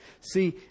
See